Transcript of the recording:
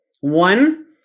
One